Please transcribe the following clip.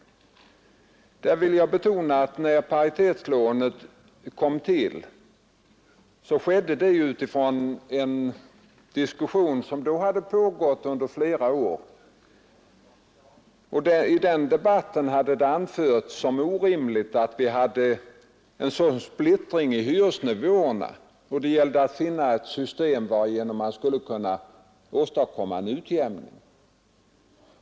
Jag vill emellertid betona att när paritetslånet kom till skedde det med utgångspunkt i en diskussion som då hade pågått under flera år. I den debatten hade det anförts som orimligt att vi hade en sådan splittring i fråga om hyresnivåerna. Det gällde att finna ett system varigenom man skulle kunna åstadkomma en utjämning.